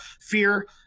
fear